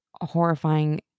horrifying